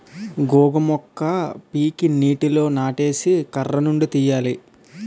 గోగు మొక్క పీకి నీటిలో నానేసి కర్రనుండి తీయాలి